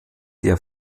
der